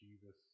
Jesus